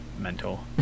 mental